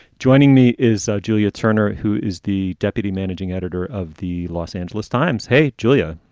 joining me is julia turner, who is the deputy managing editor of the los angeles times. hey, julia.